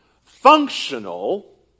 functional